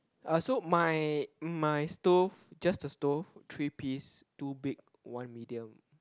uh so my my stove just the stove three piece two big one medium